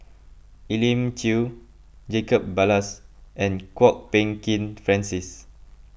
Elim Chew Jacob Ballas and Kwok Peng Kin Francis